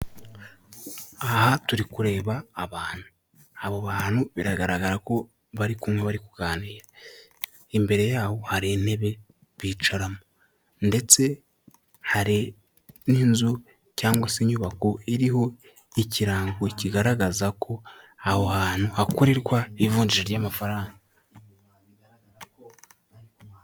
Aha turi kureba abantu , abo bantu biragaragara ko bari kunywa bari kuganira, imbere yabo hari intebe bicaramo ndetse hari n'inzu cyangwa se inyubako iriho ikirango kigaragaza ko aho hantu hakorerwa ivunja ry'amafaranga.